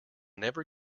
never